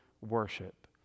worship